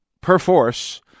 perforce